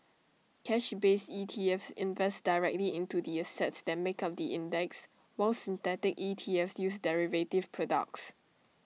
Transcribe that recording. cash based ETFs invest directly into the assets that make up the index while synthetic ETFs use derivative products